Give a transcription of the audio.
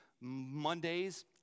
Mondays